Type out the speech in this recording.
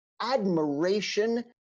admiration